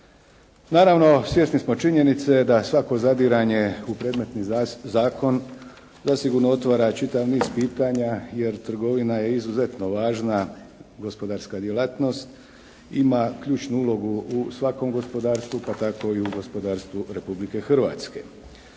Naravno, svjesni smo činjenice da svako zadiranje u predmetni zakon zasigurno otvara čitav niz pitanja jer trgovina je izuzetno važna gospodarska djelatnost. Ima ključnu ulogu u svakom gospodarstvu pa tako i u gospodarstvu Republike Hrvatske.